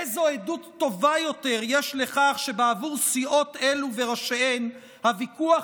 איזו עדות טובה יותר יש לכך שבעבור סיעות אלו וראשיהן הוויכוח